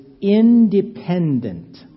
independent